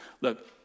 look